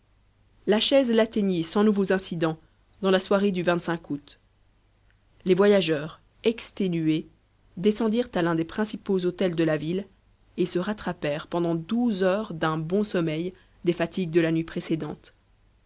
la chaise l'atteignit sans nouveaux incidents dans la soirée du août les voyageurs exténués descendirent à l'un des principaux hôtels de la ville et se rattrapèrent pendant douze heures d'un bon sommeil des fatigues de la nuit précédente